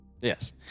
yes